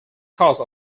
cause